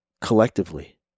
collectively